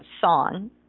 song